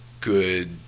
good